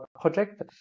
project